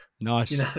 nice